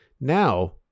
now